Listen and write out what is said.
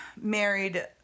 married